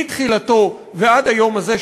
מתחילתו ועד היום הזה,